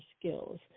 skills